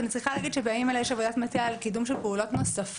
ואני צריכה להגיד שבימים אלה יש עבודת מטה על קידום של פעולות נוספות.